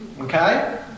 okay